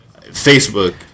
facebook